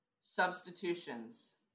substitutions